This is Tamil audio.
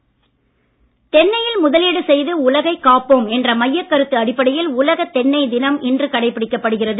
தென்னை தினம் தென்னையில் முதலீடு செய்து உலகை காப்போம் என்ற மையக் கரு அடிப்படையில் உலக தென்னை தினம் இன்று கடைபிடிக்கப்படுகிறது